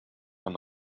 him